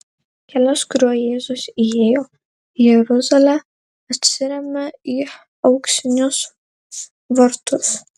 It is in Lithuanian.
kelias kuriuo jėzus įėjo į jeruzalę atsiremia į auksinius vartus